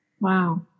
Wow